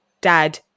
dad